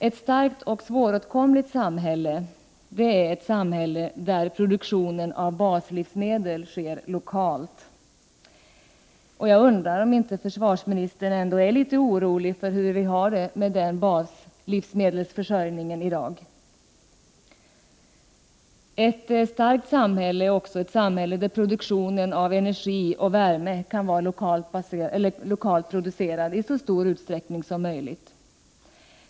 Ett starkt och svåråtkomligt samhälle är ett samhälle där produktionen av baslivsmedel sker lokalt — och jag undrar om inte försvarsministern ändå är litet orolig för hur vi har det med baslivsmedelsförsörjningen i dag. Ett starkt samhälle är också ett samhälle där produktionen av energi och värme i så stor utsträckning som möjligt kan vara lokalt förlagd.